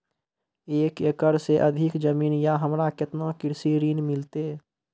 एक एकरऽ से अधिक जमीन या हमरा केतना कृषि ऋण मिलते?